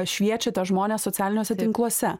šviečiate žmonės socialiniuose tinkluose